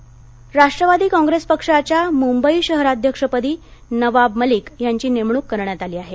नवाब मलिक राष्ट्रवादी काँग्रेस पक्षाच्या मुंबई शहराध्यक्षपदी नवाब मलिक यांची नेमणूक करण्यात आली आहे